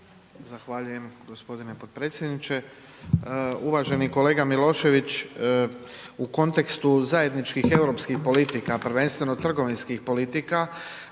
Zahvaljujem g. potpredsjedniče. Uvaženi kolega Milošević, u kontekstu zajedničkih europskih politika, prvenstveno trgovinskih politika,